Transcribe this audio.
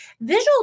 visual